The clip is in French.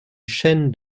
chêne